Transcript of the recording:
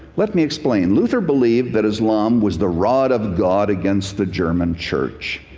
let me explain. luther believed that islam was the rod of god against the german church,